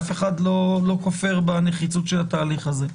אף אחד לא כופר בנחיצות של התהליך הזה.